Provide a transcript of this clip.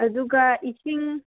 ꯑꯗꯨꯒ ꯏꯁꯤꯡ